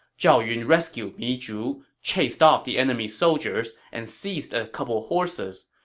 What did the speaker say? zhao yun rescued mi zhu, chased off the enemy soldiers, and seized a couple horses,